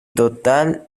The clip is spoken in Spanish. total